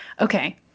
Okay